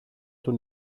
του